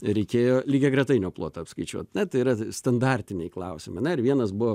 reikėjo lygiagretainio plotą apskaičiuot na tai yra standartiniai klausimai na ir vienas buvo